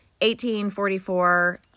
1844